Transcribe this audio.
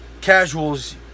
casuals